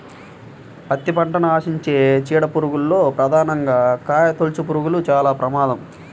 పత్తి పంటను ఆశించే చీడ పురుగుల్లో ప్రధానంగా కాయతొలుచుపురుగులు చాలా ప్రమాదం